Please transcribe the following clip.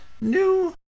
new